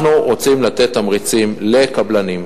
אנחנו רוצים לתת תמריצים לקבלנים,